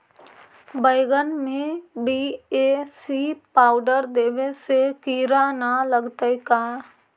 बैगन में BAC powder देबे से किड़ा न लगतै का?